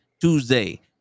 Tuesday